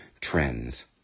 trends